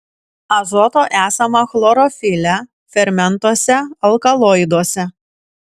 azoto esama chlorofile fermentuose alkaloiduose